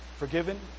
forgiven